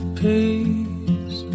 peace